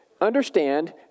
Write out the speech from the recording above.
understand